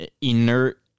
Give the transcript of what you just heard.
inert